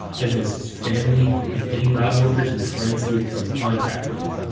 as was his family and any lab workers and friends he had come in contact with.